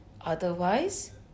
Otherwise